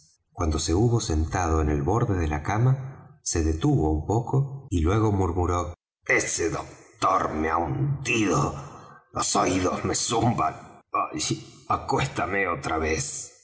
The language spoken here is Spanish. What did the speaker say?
cuando se hubo sentado en el borde de la cama se detuvo un poco y luego murmuró ese doctor me ha hundido los oídos me zumban acuéstame otra vez